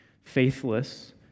faithless